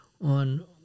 on